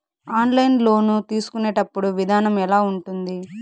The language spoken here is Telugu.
ఆన్లైన్ లోను తీసుకునేటప్పుడు విధానం ఎలా ఉంటుంది